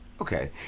Okay